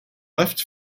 left